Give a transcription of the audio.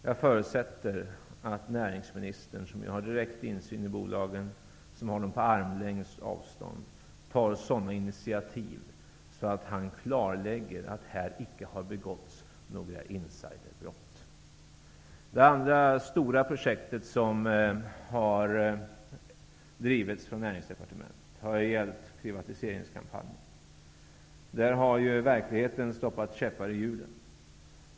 Jag förutsätter att näringsministern som har direkt insyn i bolagen tar sådana initiativ att han klarlägger att inga insiderbrott har begåtts. Det andra stora projekt som har bedrivits av Näringsdepartementet har gällt privatiseringkampanjen. Där har verkligheten satt käppar i hjulet.